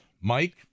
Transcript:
Mike